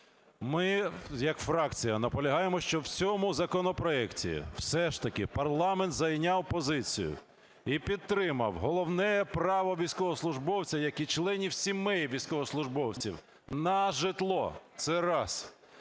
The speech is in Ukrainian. ми як фракція наполягаємо, щоб в цьому законопроекті все ж таки парламент зайняв позицію і підтримав головне право військовослужбовців, як і членів сімей військовослужбовців, на житло. Це раз.